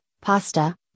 pasta